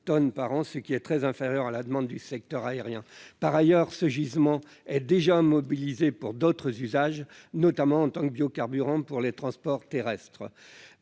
tonnes par an, ce qui est très inférieur à la demande du secteur aérien. Par ailleurs, ce gisement est déjà mobilisé pour d'autres usages, notamment la production de biocarburant pour les transports terrestres.